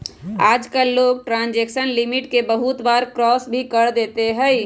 आजकल लोग transaction limit के बहुत बार क्रास भी कर देते हई